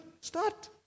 Start